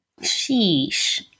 Sheesh